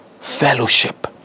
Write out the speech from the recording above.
fellowship